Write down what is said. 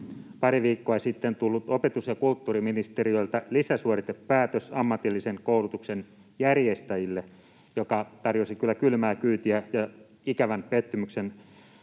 pari viikkoa sitten, tullut opetus- ja kulttuuriministeriöltä lisäsuoritepäätös ammatillisen koulutuksen järjestäjille, joka tarjosi kyllä kylmää kyytiä ja ikävän pettymyksen